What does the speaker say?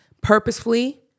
Purposefully